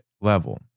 level